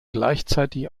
gleichzeitig